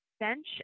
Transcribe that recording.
bench